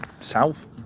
south